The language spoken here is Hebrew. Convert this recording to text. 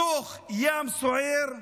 בתוך ים סוער,